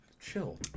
Chill